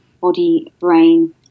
body-brain